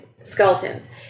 skeletons